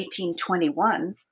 1821